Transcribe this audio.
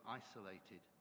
isolated